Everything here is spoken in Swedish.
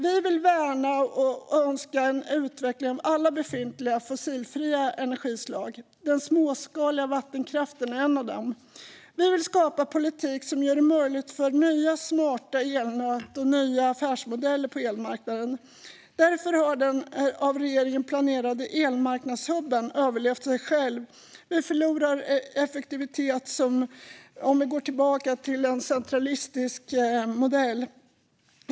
Vi vill värna och önskar en utveckling av alla befintliga fossilfria energislag. Den småskaliga vattenkraften är ett av dem. Vi vill skapa politik som gör det möjligt för nya smarta elnät och nya affärsmodeller på elmarknaden. Därför har den av regeringen planerade elmarknadshubben överlevt sig själv. Vi förlorar effektivitet om vi går tillbaka till en centralistisk modell.